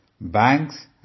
banks